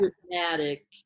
dramatic